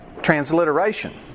Transliteration